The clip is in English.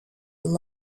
and